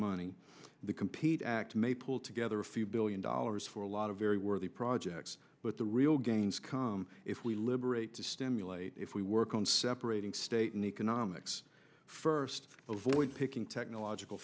money to compete act may pull together a few billion dollars for a lot of very worthy projects but the real gains come if we liberate to stimulate if we work on separating state and economics first of oil picking technological